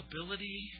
ability